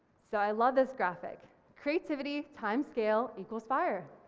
so i love this graphic, creativity, time scale equals fire,